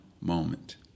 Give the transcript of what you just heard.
moment